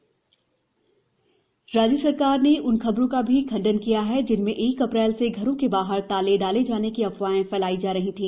प्रदेश corona राज्य सरकार ने उन खबरों का भी खंडन किया गया है जिनमें एक अप्रैल से घरों के बाहर ताले डाले जाने की अफवाहें फैलाई जा रही थी